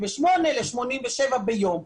87 ביום.